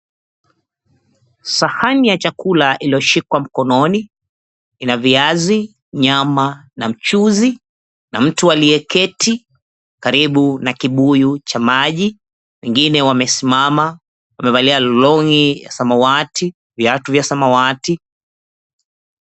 Sahani ya chakula iloshikwa mkononi, ina viazi, nyama, na mchuuzi. Na mtu aliye keti karibu na kibuyu cha maji wengine wamesimama, wamevalia longi ya samawati viatu vya samawati.